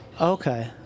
Okay